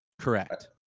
Correct